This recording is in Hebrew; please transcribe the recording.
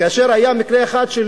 כאשר היה מקרה אחד של